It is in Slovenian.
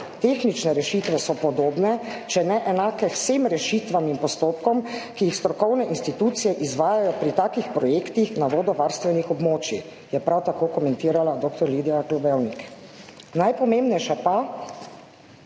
Tehnične rešitve so podobne, če ne enake vsem rešitvam in postopkom, ki jih strokovne institucije izvajajo pri takih projektih na vodovarstvenih območjih, je prav tako komentirala dr. Lidija Globevnik. Najpomembnejše pa,